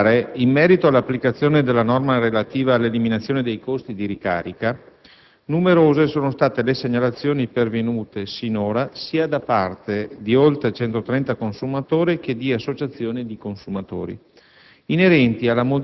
In particolare, in merito all'applicazione della norma relativa all'eliminazione dei costi di ricarica, numerose sono state le segnalazioni pervenute sinora sia da parte di oltre 130 consumatori, che di associazioni di consumatori,